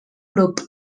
grup